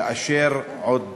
כאשר עוד